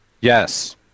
Yes